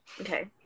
okay